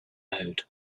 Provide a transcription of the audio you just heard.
mode